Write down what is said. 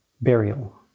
burial